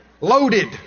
Loaded